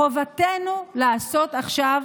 חובתנו לעשות עכשיו,